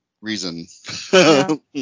reason